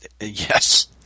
Yes